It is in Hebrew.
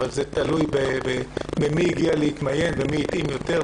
אבל זה תלוי במי הגיע להתמיין ומי התאים יותר,